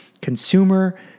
consumer